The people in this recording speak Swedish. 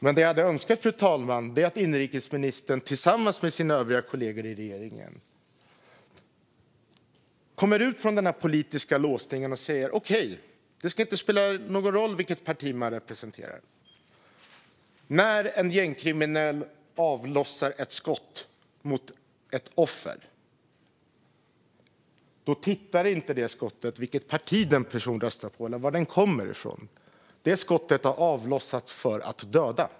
Men jag önskar, fru talman, att inrikesministern tillsammans med sina kollegor i regeringen kommer ut från den politiska låsningen och säger att det inte spelar någon roll vilket parti man representerar. När en gängkriminell avlossar ett skott mot ett offer tittar inte skottet på vilket parti den personen röstar på eller var personen kommer från. Det skottet har avlossats för att döda.